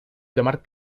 llamar